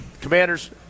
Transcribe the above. Commanders